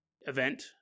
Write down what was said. event